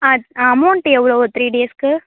ஆ ஆ அமௌண்ட் எவ்வளோவு த்ரீ டேஸ்சுக்கு